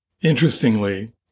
interestingly